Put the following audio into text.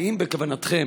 האם בכוונתם